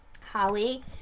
Holly